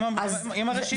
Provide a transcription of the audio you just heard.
עם הרשימה.